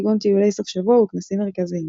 כגון טיולי סופשבוע וכנסים מרכזיים.